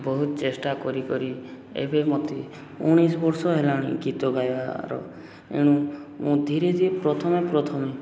ବହୁତ ଚେଷ୍ଟା କରିି କରିି ଏବେ ମୋତେ ଉଣେଇଶ ବର୍ଷ ହେଲାଣି ଗୀତ ଗାଇବାର ଏଣୁ ମୁଁ ଧୀରେ ଧୀରେ ପ୍ରଥମେ ପ୍ରଥମେ